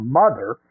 mother